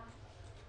בסדר.